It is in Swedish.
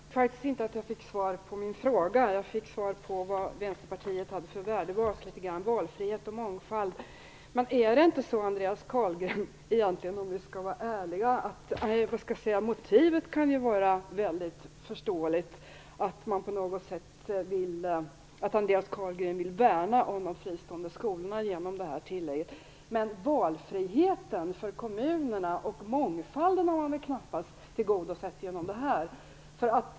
Herr talman! Jag tycker inte att jag fick svar på min fråga. Jag fick reda på vad Centerpartiet har för värdebas, att det handlar om valfrihet och mångfald. Motivet här kan ju vara väldigt förståeligt, att Andreas Carlgren genom det här tillägget vill värna om de fristående skolorna. Men, om vi skall vara ärliga: Valfriheten för kommunerna och mångfalden har väl knappast tillgodosetts på det här sättet?